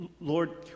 Lord